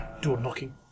door-knocking